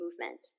movement